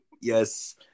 Yes